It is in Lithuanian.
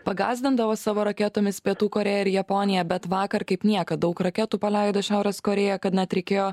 pagąsdindavo savo raketomis pietų korėją ir japoniją bet vakar kaip niekad daug raketų paleido šiaurės korėja kad net reikėjo